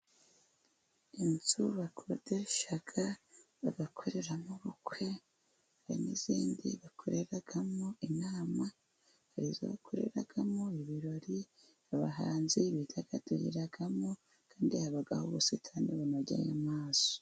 Inzu bakodesha bagakoreramo ubukwe, hari n'izindi bakoreramo inama, hari izo bakoreramo ibirori, abahanzi bidagaduriramo, kandi habaho ubusitani, banogeye amaso.